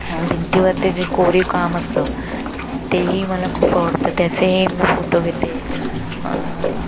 भिंतीवरती जे कोरीव काम असतं तेही मला खूप आवडतं त्याचेही मी फोटो घेते